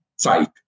fight